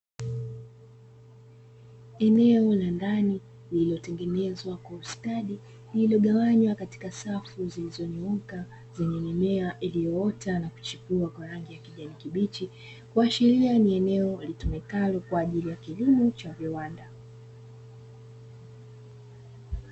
Eneo la ndani lililotengenezwa kwa ustadi lililogawanywa katika safu zilizonyooka zenye mimea iliyoota na kuchipua kwa rangi ya kijani kibichi, kuashiria ni eneo litumikalo kwajili ya kilimo cha viwanda.